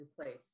replace